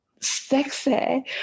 sexy